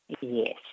Yes